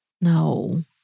No